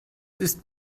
ist